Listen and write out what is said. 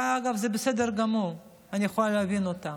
ואגב, זה בסדר גמור, אני יכולה להבין אותם,